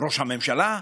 ראש הממשלה?